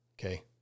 okay